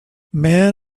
men